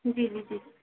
जी जी जी